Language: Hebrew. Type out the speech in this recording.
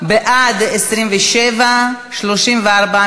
המחנה הציוני,